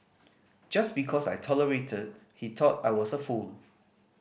just because I tolerated he thought I was a fool